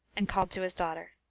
and called to his daughter.